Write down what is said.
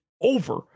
over